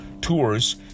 tours